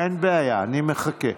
אין בעיה, אני מחכה.